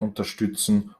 unterstützen